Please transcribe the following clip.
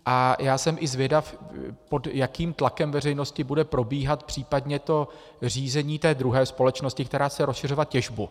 A já jsem i zvědav, pod jakým tlakem veřejnosti bude probíhat případně to řízení té druhé společnosti, která chce rozšiřovat těžbu.